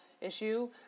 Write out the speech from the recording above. issue